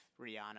Rihanna